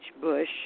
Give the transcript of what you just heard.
Bush